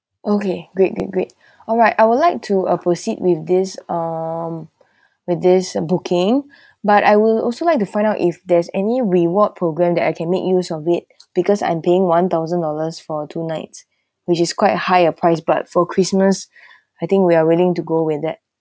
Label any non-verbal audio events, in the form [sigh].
okay great great great [breath] alright I would like to uh proceed with this um [breath] with this uh booking [breath] but I will also like to find out if there's any reward program that I can make use of it because I'm paying one thousand dollars for two night which is quite high a price but for christmas [breath] I think we are willing to go with that